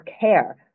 care